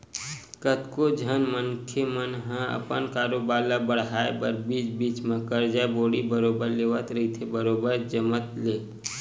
कतको झन मनखे मन ह अपन कारोबार ल बड़हाय बर बीच बीच म करजा बोड़ी बरोबर लेवत रहिथे बरोबर जमत ले